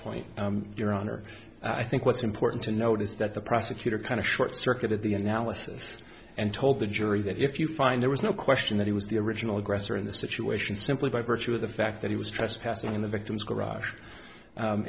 point your honor i think what's important to note is that the prosecutor kind of short circuited the analysis and told the jury that if you find there was no question that he was the original aggressor in the situation simply by virtue of the fact that he was trespassing in the victim's garage